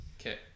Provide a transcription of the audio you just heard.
okay